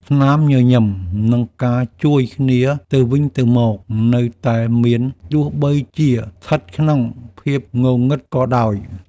ស្នាមញញឹម និងការជួយគ្នាទៅវិញទៅមក នៅតែមានទោះបីជាស្ថិតក្នុងភាពងងឹតក៏ដោយ។